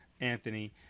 Anthony